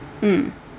mm